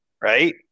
right